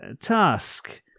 task